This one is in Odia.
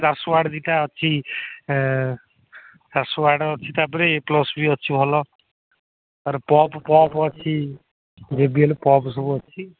ଚାରିଶହ ୱାର୍ଟ୍ ଦୁଇଟା ଅଛି ଚାରିଶହ ୱାର୍ଟ୍ ଅଛି ତା'ପରେ ଏ ପ୍ଲସ୍ ବି ଅଛି ଭଲ ତା'ପରେ ପପ୍ ପପ୍ ଅଛି ଜେ ଭି ଏଲ୍ ପପ୍ ସବୁ ଅଛି